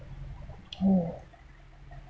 oh